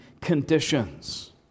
conditions